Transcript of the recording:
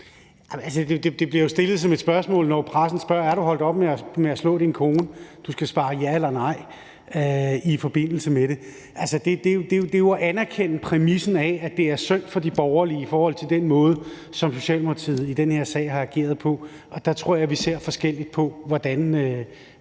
bliver stillet på samme måde, som når pressen spørger, om man er holdt op med at slå sin kone, hvor man skal svare ja eller nej i forbindelse med det. Det er jo at anerkende præmissen af, at det er synd for de borgerlige i forhold til den måde, som Socialdemokratiet i den her sag har ageret på, og der tror jeg, vi ser forskelligt på, hvordan